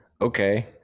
okay